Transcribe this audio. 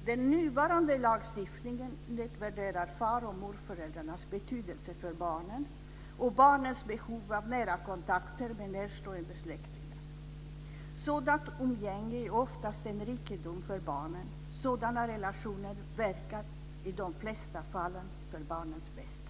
att den nuvarande lagstiftningen nedvärderar far och morföräldrarnas betydelse för barnen och barnens behov av nära kontakter med närstående släktingar. Sådant umgänge är oftast en rikedom för barnen. Sådana relationer verkar i de flesta fall för barnens bästa.